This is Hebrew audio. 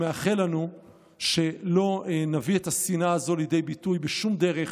אני מאחל לנו שלא נביא את השנאה הזו לידי ביטוי בשום דרך,